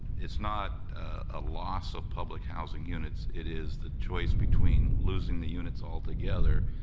it's not a loss of public housing units. it is the choice between losing the units all together.